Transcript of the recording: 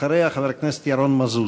אחריה, חבר הכנסת ירון מזוז.